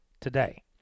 today